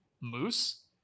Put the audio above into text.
moose